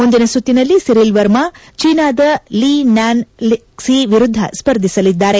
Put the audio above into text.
ಮುಂದಿನ ಸುತ್ತಿನಲ್ಲಿ ಸಿರಿಲ್ ವರ್ಮಾ ಜೀನಾದ ಲೀ ಲ್ಲಾನ್ ಕ್ತಿ ವಿರುದ್ಧ ಸ್ಪರ್ಧಿಸಲಿದ್ದಾರೆ